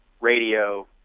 radio